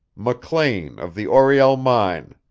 mclean of the oriel mine.